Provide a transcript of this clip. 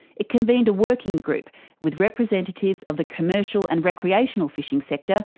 it convened a working group with representatives of the commercial and recreational fishing sector,